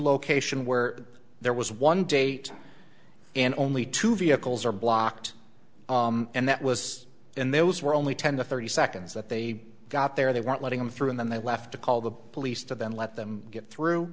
location where there was one date and only two vehicles are blocked and that was in those were only ten to thirty seconds that they got there they weren't letting them through and then they left to call the police to then let them get through